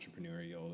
entrepreneurial